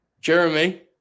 Jeremy